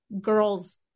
girls